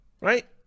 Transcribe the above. Right